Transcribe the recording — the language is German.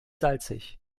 salzig